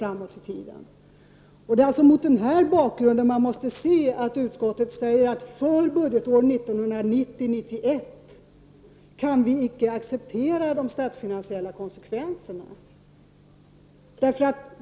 Det är mot denna bakgrund man måste se att utskottet icke kan acceptera de statsfinansiella konsekvenserna för budgetåret 1990/91.